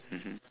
mmhmm